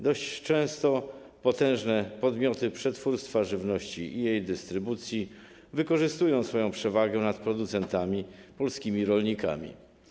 Dość często potężne podmioty przetwórstwa żywności i jej dystrybucji wykorzystują swoją przewagę nad producentami, polskimi rolnikami.